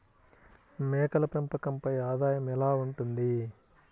మేకల పెంపకంపై ఆదాయం ఎలా ఉంటుంది?